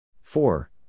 four